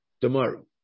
tomorrow